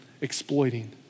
exploiting